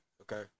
Okay